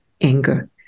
anger